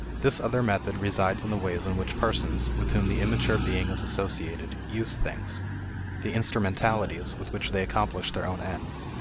this other method resides in the ways in which persons, with whom the immature being is associated, use things the instrumentalities with which they accomplish their own ends.